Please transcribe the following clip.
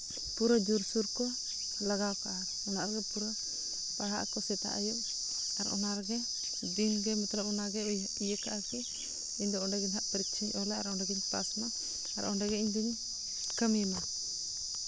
ᱯᱩᱨᱟᱹ ᱡᱳᱨᱥᱳᱨ ᱠᱚ ᱞᱟᱜᱟᱣ ᱠᱚᱜᱼᱟ ᱚᱱᱟᱜᱮ ᱯᱩᱨᱟᱹ ᱯᱟᱲᱦᱟᱜ ᱟᱠᱚ ᱥᱮᱛᱟᱜ ᱟᱹᱭᱩᱵ ᱟᱨ ᱚᱱᱟ ᱨᱮᱜᱮ ᱫᱤᱱᱜᱮ ᱢᱚᱛᱞᱚᱵ ᱚᱱᱟᱜᱮ ᱤᱭᱟᱹ ᱠᱟᱜᱼᱟ ᱠᱤ ᱤᱧᱫᱚ ᱚᱸᱰᱮᱜᱮ ᱦᱟᱸᱜ ᱯᱚᱨᱤᱠᱠᱷᱟᱧ ᱚᱞᱟ ᱚᱸᱰᱮᱜᱤᱧ ᱯᱟᱥᱟ ᱟᱨ ᱚᱸᱰᱮᱜᱮ ᱤᱧᱫᱩᱧ ᱠᱟᱹᱢᱤᱢᱟ